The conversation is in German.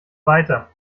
weiter